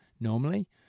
normally